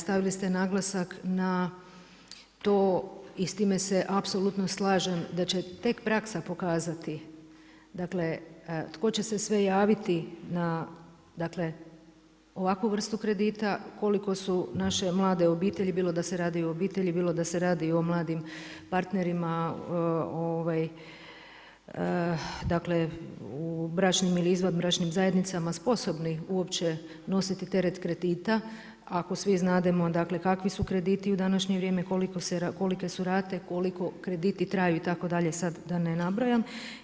Stavili ste naglasak na to i s time se apsolutno slažem, da će tek praksa pokazati tko će se sve javiti na ovakvu vrstu kredita, koliko su naše mlade obitelji bilo da se radi o obitelji, bilo da se radi o mladim partnerima u bračnim ili izvanbračnim zajednicama sposobni uopće nositi teret kredita, ako svi znademo kakvi su krediti u današnje vrijeme, kolike su rate, koliko krediti traju itd. sada da ne nabrajam.